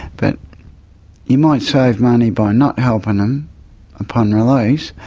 but you might save money by not helping them upon release,